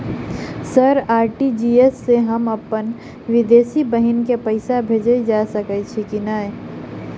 Sir RTGS सँ हम अप्पन विदेशी बहिन केँ पैसा भेजि सकै छियै की नै?